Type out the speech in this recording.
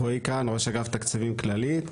רועי קאהן, ראש אגף תקציבים, כללית.